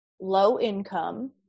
low-income